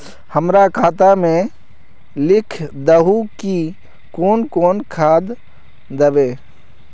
हमरा खाता में लिख दहु की कौन कौन खाद दबे?